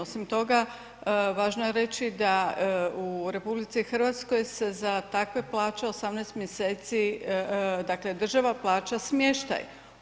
Osim toga, važno je reći da u RH se za takve plaće 18 mjeseci, dakle država plaća smještaj.